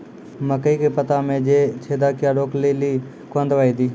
मकई के पता मे जे छेदा क्या रोक ले ली कौन दवाई दी?